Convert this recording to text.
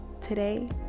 today